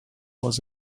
was